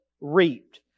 reaped